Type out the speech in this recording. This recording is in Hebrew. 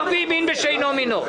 לא מערבים מין בשאינו מינו.